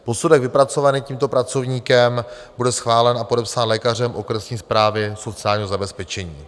Posudek vypracovaný tímto pracovníkem bude schválen a podepsán lékařem okresní správy sociálního zabezpečení.